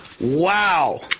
Wow